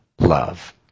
love